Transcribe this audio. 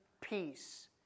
peace